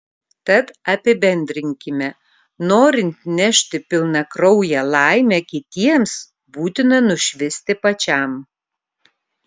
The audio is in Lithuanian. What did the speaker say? tad apibendrinkime norint nešti pilnakrauję laimę kitiems būtina nušvisti pačiam